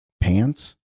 pants